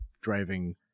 driving